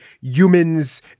humans